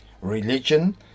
Religion